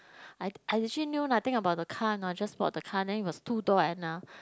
I I actually knew nothing about the car know I just bought the car then it was two door and uh